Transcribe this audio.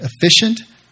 efficient